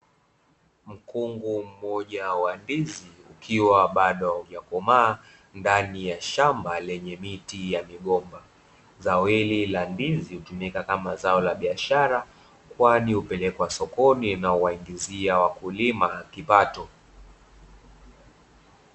Mkungu mmoja wa ndizi ukiwa bado haujakomaa ndani ya shamba lenye miti ya migomba, zao hili la ndizi hutumika kama zao la biashara kwani hupelekwa sokoni na huwaingizia wakulima kipato.